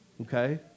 okay